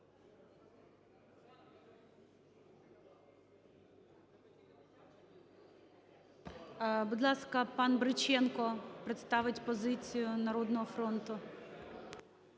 Будь ласка, пан Бриченко представить позицію "Народного фронту".